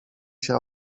się